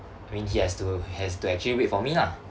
I mean he has to has to actually wait for me lah